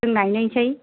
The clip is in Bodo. जों नायहैनोसै